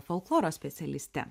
folkloro specialiste